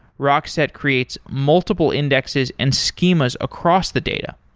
rockset creates multiple indexes and schemas across the data.